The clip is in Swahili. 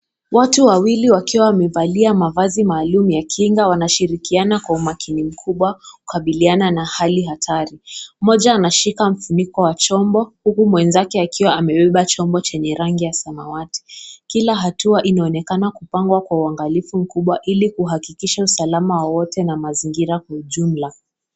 Watu wawili wakiwa wamevalia mavazi maalum ya kinga wanashirikiana kwa umakini mkubwa kukabiliana na hali hatari. Mmoja anashika mfuniko wa chombo huku mwenzake akiwa amebeba chombo chenye rangi ya samawati. Kila hatua inaonekana kupangwa kwa uangalifu mkubwa ili kuhakikisha usalama wa wote na mazingira kwa ujumla.